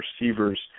receivers